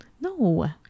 No